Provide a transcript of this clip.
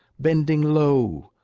bending low,